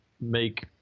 make